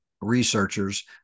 researchers